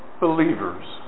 believers